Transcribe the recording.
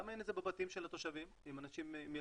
למה אין את זה בבתים של התושבים עם אנשים בסיכון?